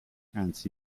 anzi